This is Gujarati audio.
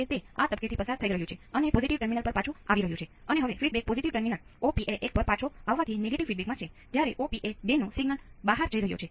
તો શું આ તમને સ્પષ્ટ છે